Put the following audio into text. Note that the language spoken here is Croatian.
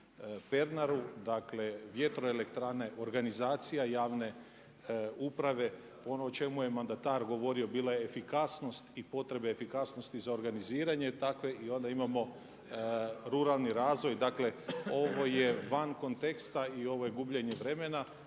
Pernaru. Dakle, vjetroelektrane organizacija javne uprave ono o čemu je mandata govorio bila je efikasnost i potrebe efikasnosti za organiziranje i onda imamo ruralni razvoj, dakle ovo je van konteksta i ovo je gubljenje vremena,